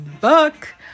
book